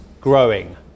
growing